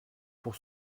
pour